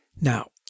Now